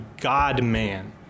God-man